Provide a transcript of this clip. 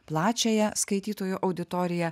plačiąją skaitytojų auditoriją